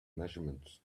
measurements